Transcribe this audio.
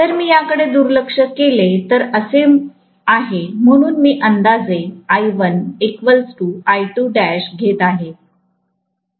तर मी याकडे दुर्लक्ष केले तर असे आहे म्हणून मी अंदाजे I1घेत आहे